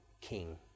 King